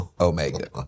Omega